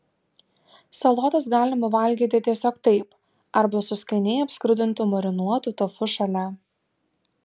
salotas galima valgyti tiesiog taip arba su skaniai apskrudintu marinuotu tofu šalia